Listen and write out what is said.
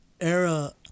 era